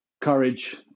courage